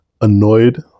annoyed